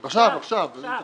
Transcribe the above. עכשיו, היינו באמצע.